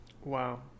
Wow